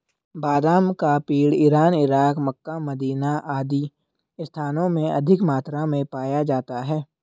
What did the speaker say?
बादाम का पेड़ इरान, इराक, मक्का, मदीना आदि स्थानों में अधिक मात्रा में पाया जाता है